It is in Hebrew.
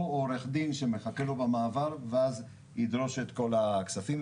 והעורך דין שמחכה לו במעבר ואז יירש את כל הכספים.